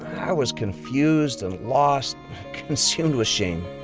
i was confused and lost consumed with shame.